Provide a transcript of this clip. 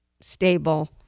stable